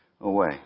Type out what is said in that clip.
away